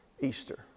Easter